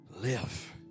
Live